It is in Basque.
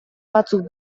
batzuk